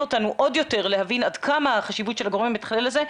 אותנו עוד יותר להבין עד כמה החשיבות של הגורם המתכלל הזה.